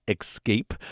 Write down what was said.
Escape